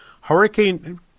Hurricane